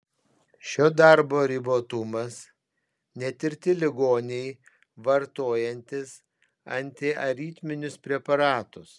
šio darbo ribotumas netirti ligoniai vartojantys antiaritminius preparatus